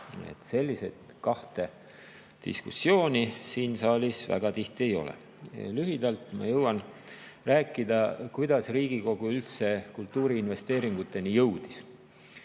Sellist kahte diskussiooni siin saalis väga tihti ei ole. Lühidalt ma jõuan rääkida, kuidas Riigikogu kultuuriinvesteeringuteni üldse